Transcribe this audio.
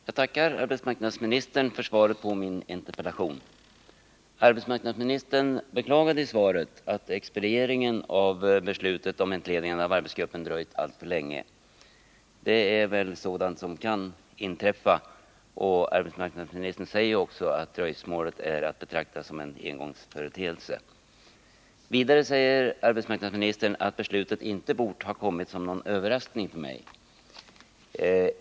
Herr talman! Jag tackar arbetsmarknadsministern för svaret på min interpellation. Arbetsmarknadsministern beklagar i svaret att expedieringen av beslutet om entledigande av arbetsgruppen dröjt alltför länge. Det är väl sådant som kan inträffa, och arbetsmarknadsministern säger ju också att dröjsmålet är att betrakta som en engångsföreteelse. Vidare säger arbetsmarknadsministern att beslutet inte borde ha kommit som någon överraskning för mig.